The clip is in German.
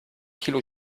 kilo